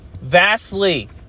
vastly